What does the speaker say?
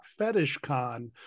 FetishCon